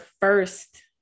first